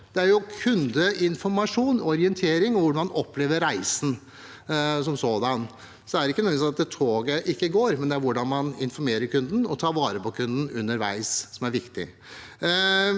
Det er kundeinformasjon og orientering og hvordan man opplevde reisen som sådan – det er ikke nødvendigvis det at toget ikke går. Det er hvordan man informerer kunden og tar vare på kunden underveis, som er viktig.